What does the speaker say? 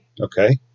Okay